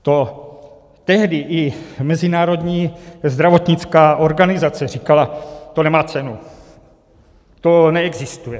To tehdy i Mezinárodní zdravotnická organizace říkala, to nemá cenu, to neexistuje.